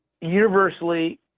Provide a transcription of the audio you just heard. universally